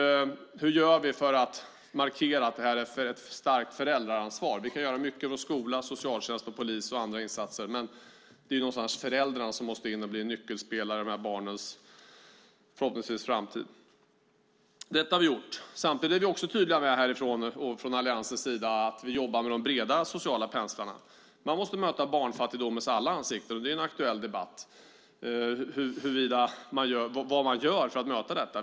Hur gör vi för att markera att detta är ett starkt föräldraansvar? Vi kan göra mycket från skola, socialtjänst, polis och genom andra insatser. Men det är någonstans föräldrarna som måste in och bli nyckelspelare i barnens framtid - förhoppningsvis. Detta har vi alltså gjort. Samtidigt är vi från Alliansens sida tydliga med att vi jobbar med de breda sociala penslarna. Man måste möta barnfattigdomens alla ansikten. Det är en aktuell debatt - vad man gör för att möta detta.